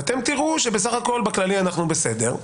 ואתם תראו שבסך הכל אנחנו בסדר.